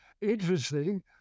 interesting